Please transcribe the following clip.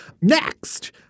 Next